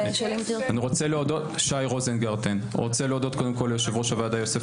אני רוצה להודות קודם כל ליושב ראש הוועדה יוסף